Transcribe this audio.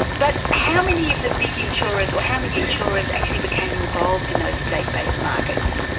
but how many of the big insurers or how many insurers actually became involved in those state-based markets?